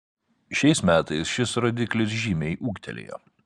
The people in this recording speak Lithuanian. šiais metais šis rodiklis žymiai ūgtelėjo